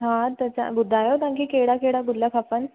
हा त तव्हां ॿुधायो तव्हांखे कहिड़ा कहिड़ा गुल खपनि